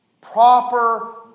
Proper